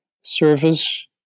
service